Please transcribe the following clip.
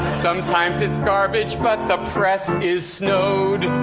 sometimes it's garbage, but the press is snowed.